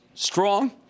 Strong